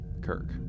Kirk